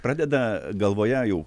pradeda galvoje jau